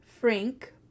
Frank